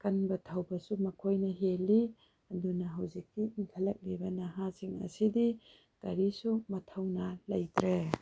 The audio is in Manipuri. ꯀꯟꯕ ꯊꯧꯕꯁꯨ ꯃꯈꯣꯏꯅ ꯍꯦꯜꯂꯤ ꯑꯗꯨꯅ ꯍꯧꯖꯤꯛꯀꯤ ꯏꯪꯈꯠꯂꯛꯂꯤꯕ ꯅꯍꯥꯁꯤꯡ ꯑꯁꯤꯗꯤ ꯀꯔꯤꯁꯨ ꯃꯊꯧꯅꯥ ꯂꯩꯇ꯭ꯔꯦ